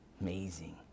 Amazing